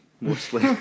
mostly